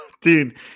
Dude